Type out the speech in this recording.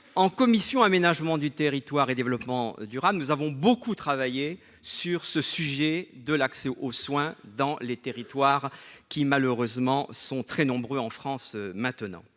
en commission aménagement du territoire et développement durable : nous avons beaucoup travaillé sur ce sujet de l'accès aux soins dans les territoires qui malheureusement sont très nombreux en France maintenant,